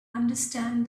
understand